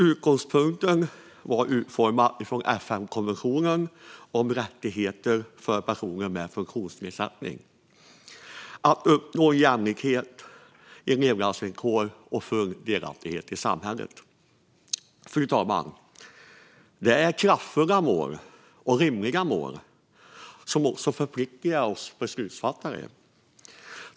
Utgångspunkten för deras utformning är FN-konventionen om rättigheter för personer med funktionsnedsättning att uppnå jämlikhet i levnadsvillkor och full delaktighet i samhället. Fru talman! Det här är kraftfulla och rimliga mål som förpliktar för oss beslutsfattare.